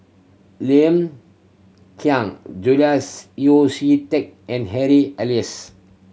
Lim Kiang Julias Yeo See Teck and Harry Elias